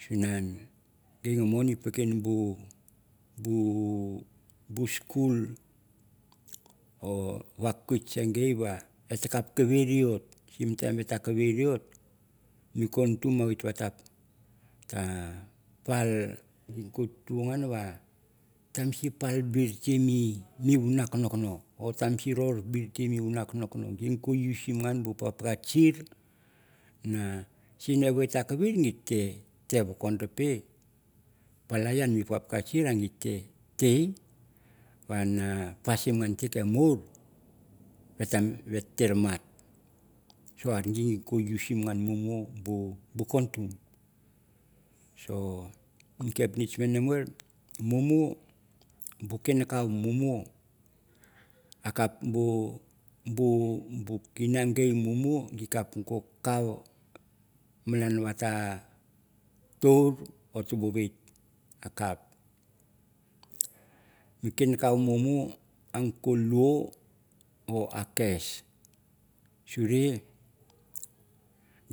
Siwan ge meon pekin bu skul or vakwit sang be et kap no kavir e lot sim time et ta ve kavir lot mi kuntum a wit na pal get to ve tamas i ror birti mi vuna konokono git sim usim nuan bu dakapaka kir nga siki ewei ta kaver git te tei vokundope. palai en mu daka kir na tei dasin ke murve te mat, so mi kepnitch mane mumu bu kinko mumu bu kiwe oi mumu ras no kau malan wat tur or kas suri